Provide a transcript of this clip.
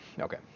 okay